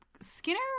Skinner